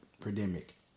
pandemic